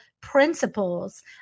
principles